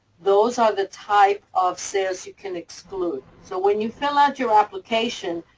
those are the type of sales you can exclude. so when you fill out your application,